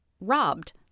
robbed